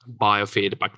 biofeedback